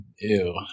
Ew